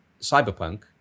Cyberpunk